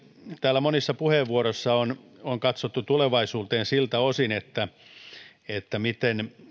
täällä monissa puheenvuoroissa on katsottu tulevaisuuteen siltä osin miten